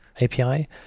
API